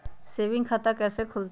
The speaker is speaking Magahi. सेविंग खाता कैसे खुलतई?